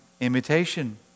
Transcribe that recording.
imitation